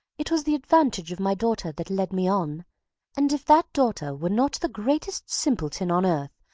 it was the advantage of my daughter that led me on and if that daughter were not the greatest simpleton on earth,